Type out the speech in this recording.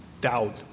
doubt